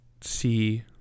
see